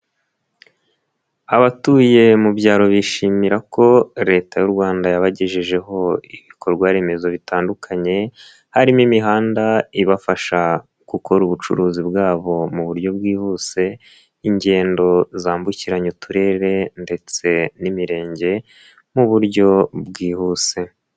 Abatuye mu byaro bishimira ko leta y'u Rwanda yabagejejeho ibikorwaremezo bitandukanye, harimo imihanda ibafasha gukora ubucuruzi bwabo mu buryo bwihuse, ingendo zambukiranya uturere ndetse n'imirenge nk'uburyo bwihuse.